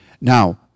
Now